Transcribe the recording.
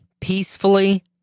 Peacefully